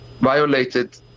violated